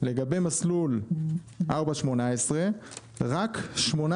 לגבי מסלול 4.18 רק שמונה